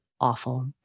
awful